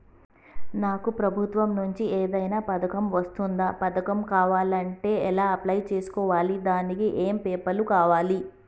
నాకు ప్రభుత్వం నుంచి ఏదైనా పథకం వర్తిస్తుందా? పథకం కావాలంటే ఎలా అప్లై చేసుకోవాలి? దానికి ఏమేం పేపర్లు కావాలి?